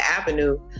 avenue